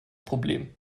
problem